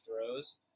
throws